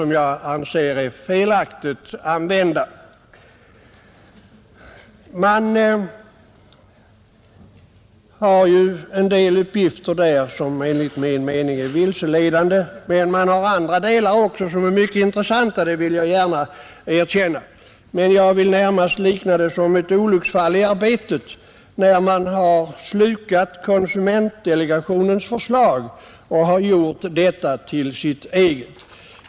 Man lämnar där en del uppgifter som enligt min mening är vilseledande, även om jag gärna erkänner att det också finns andra delar som är mycket intressanta. Jag vill beteckna det som ett olycksfall i arbetet att man har slukat konsumentdelegations förslag och gjort det till sitt eget.